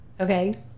okay